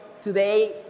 Today